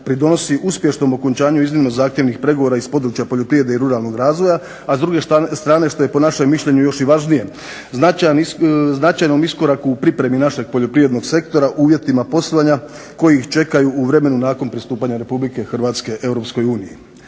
pridonosi uspješnom okončanju iznimno zahtjevnih pregovore iz područja poljoprivrede i ruralnog razvoja, a s druge strane što je po našem mišljenju još i važnije značajnom iskoraku u pripremi našeg poljoprivrednog sektora u uvjetima poslovanja koji ih čekaju u vremenu nakon pristupanja Republike Hrvatske